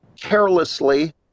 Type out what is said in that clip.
carelessly